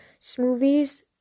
smoothies